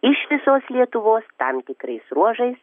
iš visos lietuvos tam tikrais ruožais